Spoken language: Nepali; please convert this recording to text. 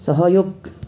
सहयोग